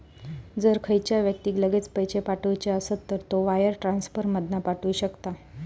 जर खयच्या व्यक्तिक लगेच पैशे पाठवुचे असत तर तो वायर ट्रांसफर मधना पाठवु शकता